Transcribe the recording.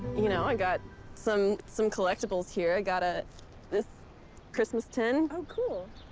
you know, i got some some collectibles here. i got ah this christmas tin. oh cool.